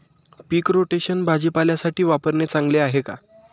पीक rotation भाजीपाल्यासाठी वापरणे चांगले आहे का?